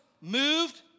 moved